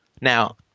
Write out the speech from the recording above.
Now